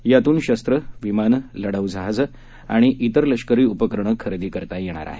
यातून शस्त्रं विमानं लढाऊ जहाजं आणि त्विर लष्करी उपकरणं खरेदी करता येणार आहेत